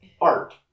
art